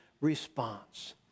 response